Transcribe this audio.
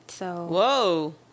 Whoa